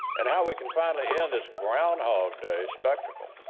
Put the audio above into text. and how we can finally end this groundhog day spectacle.